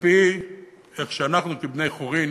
כפי שאנחנו כבני-חורין